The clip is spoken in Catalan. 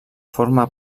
forma